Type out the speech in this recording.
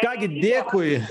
ką gi dėkui